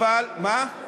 מה, אבל, מה?